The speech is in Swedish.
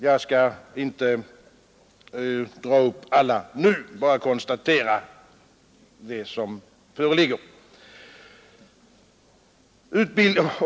Jag skall här inte dra upp alla skälen utan konstaterar bara deras bärkraft.